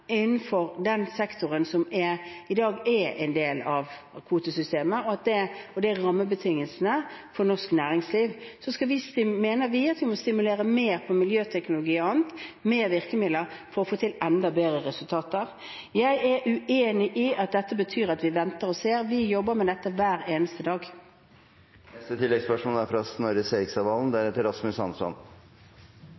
og at det er rammebetingelsene for norsk næringsliv. Så mener vi at vi må stimulere mer når det gjelder miljøteknologi og annet – flere virkemidler for å få til enda bedre resultater. Jeg er uenig i at dette betyr at vi venter og ser. Vi jobber med dette hver eneste dag.